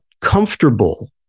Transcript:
comfortable